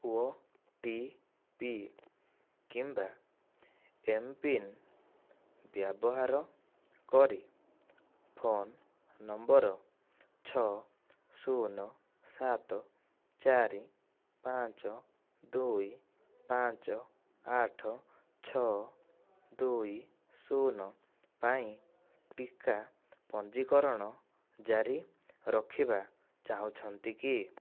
ଓ T P କିମ୍ବା M pin ବ୍ୟବହାର କରି ଫୋନ ନମ୍ବର ଛଅ ଶୂନ ସାତ ଚାରି ପାଞ୍ଚ ଦୁଇ ପାଞ୍ଚ ଆଠ ଛଅ ଦୁଇ ଶୂନ ପାଇଁ ଟୀକା ପଞ୍ଜିକରଣ ଜାରି ରଖିବା ଚାହୁଁଛନ୍ତି କି